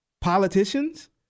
politicians